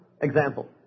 example